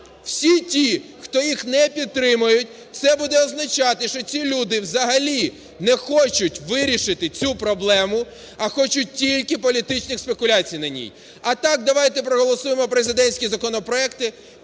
Всі ті, хто їх не підтримують, це буде означати, що ці люди взагалі не хочуть вирішити цю проблему, а хочуть тільки політичних спекуляцій на ній. А так давайте проголосуємо президентські законопроекти